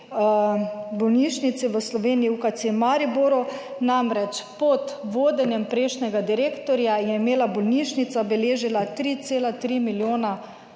bolnišnici v Sloveniji, UKC Mariboru. Namreč pod vodenjem prejšnjega direktorja je imela bolnišnica beležila 3,3 milijona